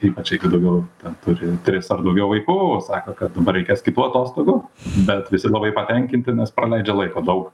ypač jeigu daugiau ten turi tris ar daugiau vaikų sako kad dabar reikės kitų atostogų bet visi labai patenkinti nes praleidžia laiko daug